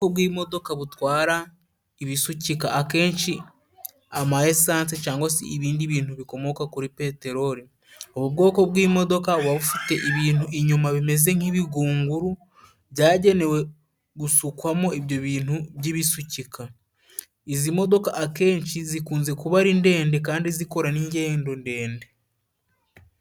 Ubwoko bw'imodoka butwara ibisukika, akenshi amayesansi cyangwa se ibindi bintu bikomoka kuri peteroli. Ubu bwoko bw'imodoka buba bufite ibintu inyuma bimeze nk'ibigunguru, byagenewe gusukwamo ibyo bintu by'ibisukika. Izi modoka akenshi zikunze kuba ari ndende kandi zikora n'ingendo ndende.